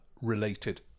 related